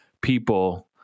people